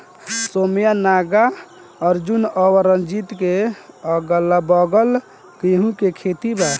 सौम्या नागार्जुन और रंजीत के अगलाबगल गेंहू के खेत बा